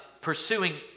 pursuing